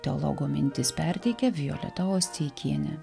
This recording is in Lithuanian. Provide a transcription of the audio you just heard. teologo mintis perteikia violeta osteikienė